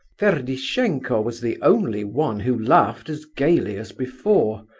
ferdishenko was the only one who laughed as gaily as before.